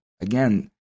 Again